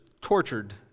tortured